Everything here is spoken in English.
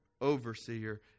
overseer